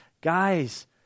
guys